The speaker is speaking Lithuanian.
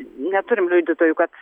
neturime liudytojų kad